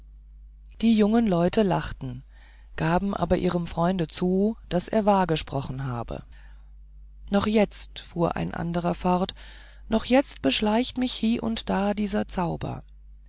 die jungen leute lachten gaben aber ihrem freunde zu daß er wahr gesprochen habe noch jetzt fuhr ein anderer fort noch jetzt beschleicht mich hie und da dieser zauber